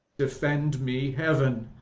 defend me, heaven!